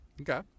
Okay